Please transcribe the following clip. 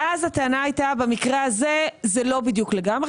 ואז הטענה הייתה במקרה הזה זה לא בדיוק לגמרי